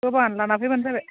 गोबाङानो लाना फैबानो जाबाय